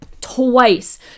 Twice